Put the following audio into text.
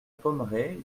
pommeraie